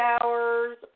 hours